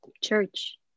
church